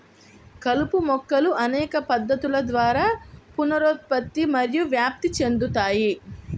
కలుపు మొక్కలు అనేక పద్ధతుల ద్వారా పునరుత్పత్తి మరియు వ్యాప్తి చెందుతాయి